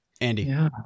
Andy